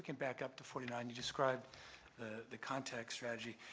can back up to forty nine. you described the context strategy.